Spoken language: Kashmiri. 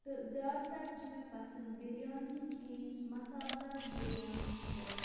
تہٕ زیادٕ تر چھِ مےٚ پسنٛد بِریانی کھیٚنۍ مَسالہٕ دار بِریانی تہٕ